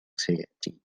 سيأتي